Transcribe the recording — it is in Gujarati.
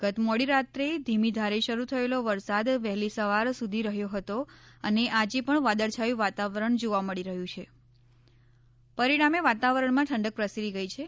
ગત મોડી રાત્રે ધીમી ધારે શરૂ થયેલો વરસાદ વહેલી સવાર સુધી રહ્યો હતો અને આજે પણ વાદળછાયું વાતાવરણ જોવા મળી રહ્યું છે પરિણામે વાતાવરણમાં ઠંડક પ્રસરી ગઇ છે